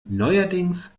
neuerdings